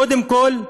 קודם כול,